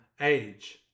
age